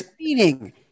meaning